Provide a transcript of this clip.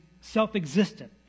self-existent